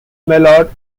mallard